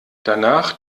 danach